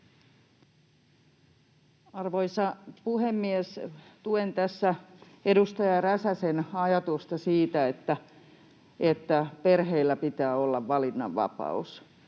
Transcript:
Arvoisa puhemies! Tuen tässä edustaja Räsäsen ajatusta siitä, että perheillä pitää olla valinnanvapaus.